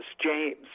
James